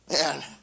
Man